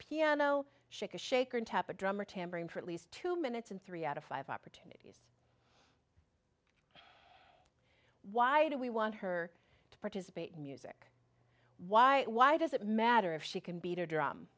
piano shake a shaker and tap a drum or tambourine for at least two minutes and three out of five opportunity why do we want her to participate in music why why does it matter if she can beat a drum